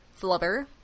Flubber